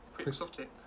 Quixotic